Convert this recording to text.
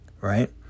Right